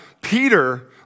Peter